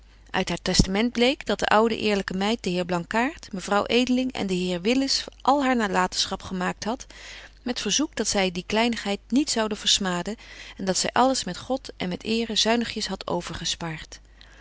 uit haar testament bleek dat de oude eerlyke meid den heer blankaart mevrouw edeling en den heer willis al haar nalatenschap gemaakt hadt met verzoek dat zy die kleinigheid niet zouden versmaden en dat zy alles met god en met eeren zuinigjes hadt